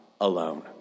alone